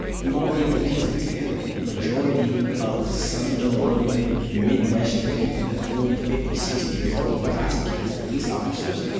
you won't be able to piece that together. majority of southern illinois, midwestern people that are forty, fifty, sixty years old, prosecutors, police officers,